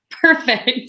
Perfect